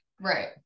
right